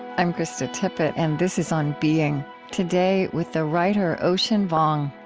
i'm krista tippett, and this is on being. today with the writer ocean vuong,